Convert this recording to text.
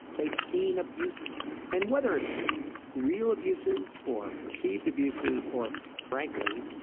they've seen abuses and whether it's real abuses or perceived abuses or frankly,